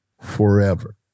Forever